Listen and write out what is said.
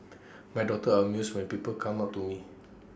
my daughters are amused my people come up to me